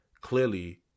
clearly